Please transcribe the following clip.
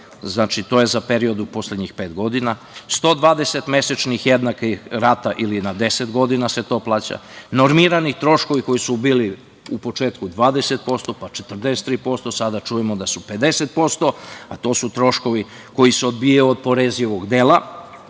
kamate, to je za period u poslednjih pet godina, 120 mesečnih jednakih rata ili na 10 godina se to plaća, normirani troškovi koji su bili u početku 20% pa 43%, a sada čujemo da su 50%, a to su troškovi koji se odbijaju od oporezivog dela